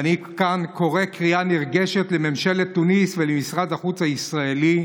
ואני קורא כאן קריאה נרגשת לממשלת תוניסיה ולמשרד החוץ הישראלי.